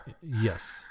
Yes